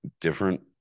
different